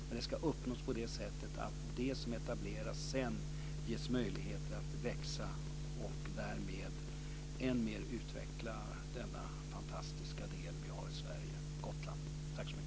Men det ska uppnås på det sättet att det som sedan etableras ges möjligheter att växa och därmed att än mer utveckla denna fantastiska del vi har i Sverige - Gotland. Tack så mycket.